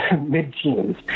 mid-teens